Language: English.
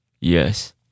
Yes